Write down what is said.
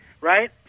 Right